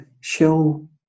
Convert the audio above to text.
shell